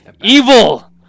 evil